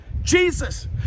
Jesus